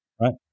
right